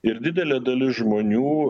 ir didelė dalis žmonių